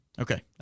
Okay